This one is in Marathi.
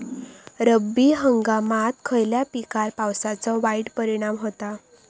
रब्बी हंगामात खयल्या पिकार पावसाचो वाईट परिणाम होता?